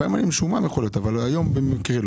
יכול להיות שלפעמים אני משועמם אבל לא היום.